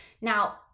now